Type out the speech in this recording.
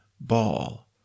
ball